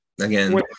again